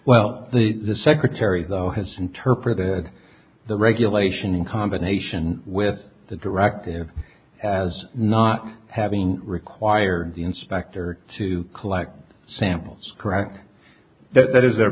well the the secretary though has interpreted the regulation in combination with the directive as not having require the inspector to collect samples correct that that is their